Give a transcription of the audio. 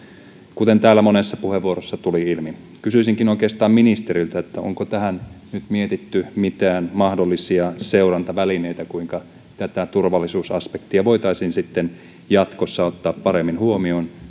kuten täällä monessa puheenvuorossa tuli ilmi kysyisinkin oikeastaan ministeriltä onko tähän nyt mietitty mitään mahdollisia seurantavälineitä kuinka tätä turvallisuusaspektia voitaisiin sitten jatkossa ottaa paremmin huomioon